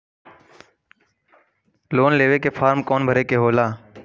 Loan लेवे के form कौन भरे के होला?